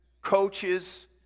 coaches